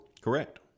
Correct